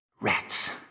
Rats